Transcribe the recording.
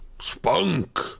spunk